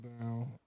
down